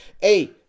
Hey